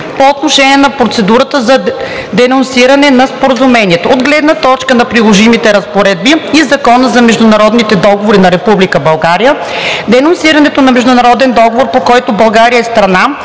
по отношение на процедурата за денонсиране на Споразумението. От гледна точка на приложимите разпоредби и Закона за международните договори на Република България денонсирането на международен договор, по който България е страна,